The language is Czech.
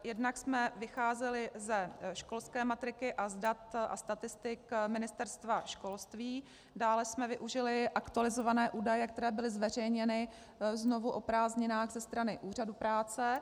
Jednak jsme vycházeli ze školské matriky a z dat a statistik Ministerstva školství, dále jsme využili aktualizované údaje, které byly znovu zveřejněny o prázdninách ze strany úřadů práce.